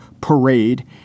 Parade